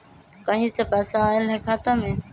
कहीं से पैसा आएल हैं खाता में?